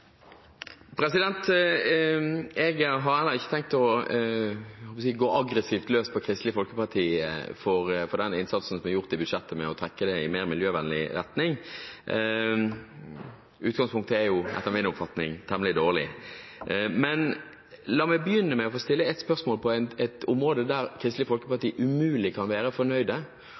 gjort for å trekke budsjettet i mer miljøvennlig retning. Utgangspunktet er etter min oppfatning temmelig dårlig. Men la meg begynne med å stille et spørsmål på et område der Kristelig